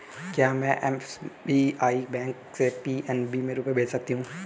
क्या में SBI bank से पी.एन.बी में रुपये भेज सकती हूँ?